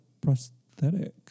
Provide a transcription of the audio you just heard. prosthetic